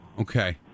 Okay